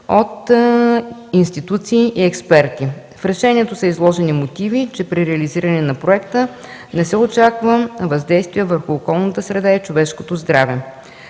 от институции и експерти. В решението са изложени мотиви, че при реализиране на проекта не се очаква въздействие върху околната среда и човешкото здраве.